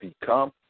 become